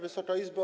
Wysoka Izbo!